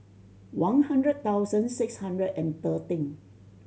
one hundred thousand six hundred and thirteen